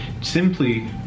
simply